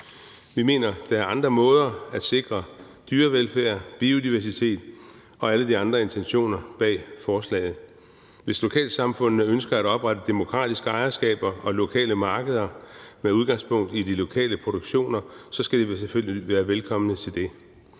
Vi mener, at der er andre måder at sikre dyrevelfærd, biodiversitet og alle de andre intentioner bag forslaget. Hvis lokalsamfundene ønsker at oprette demokratiske ejerskaber og lokale markeder med udgangspunkt i de lokale produktioner, skal de selvfølgelig være velkomne til det.